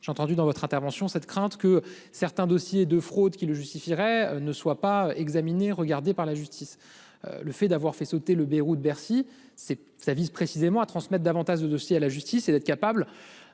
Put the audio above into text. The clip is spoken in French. J'ai entendu dans votre intervention, cette crainte que certains dossiers de fraude qui le justifieraient ne soit pas examinée regardé par la justice. Le fait d'avoir fait sauter le verrou de Bercy c'est ça vise précisément à transmettre, davantage de dossiers à la justice et d'être capable